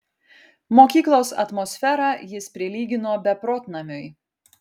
mokyklos atmosferą jis prilygino beprotnamiui